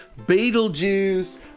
Beetlejuice